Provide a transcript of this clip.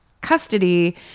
custody